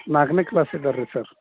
ನಾಲ್ಕನೇ ಕ್ಲಾಸ್ ಇದ್ದಾರಿ ಸರ್